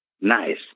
nice